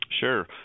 Sure